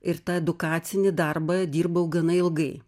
ir tą edukacinį darbą dirbau gana ilgai